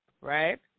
Right